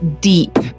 deep